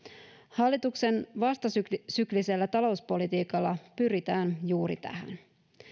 hallituksen vastasyklisellä talouspolitiikalla pyritään juuri tähän